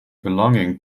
belonging